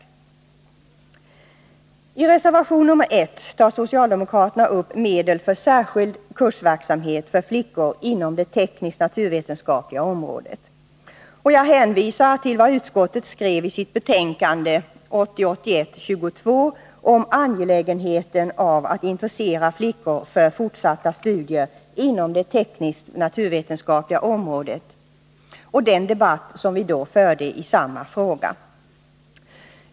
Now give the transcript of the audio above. I reservation nr 1 till utbildningsutskottets betänkande tar socialdemokraterna upp medel för särskild kursverksamhet för flickor inom det teknisknaturvetenskapliga området. Jag hänvisar här till vad utskottet skrev i sitt betänkande 1980/81:22 om angelägenheten av att intressera flickor för fortsatta studier inom det teknisk-naturvetenskapliga området och den debatt som då fördes i samma fråga.